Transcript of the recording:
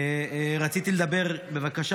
רציתי לדבר בבקשה,